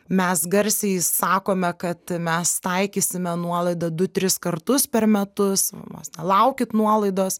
mes garsiai sakome kad mes taikysime nuolaidą du tris kartus per metus vos ne laukit nuolaidos